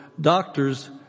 doctors